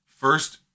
First